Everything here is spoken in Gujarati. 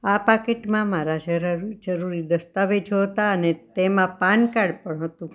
આ પાકીટમાં મારા જરૂરી દસ્તાવેજો હતા અને તેમાં પાન કાડ પણ હતું